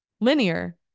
linear